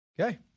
Okay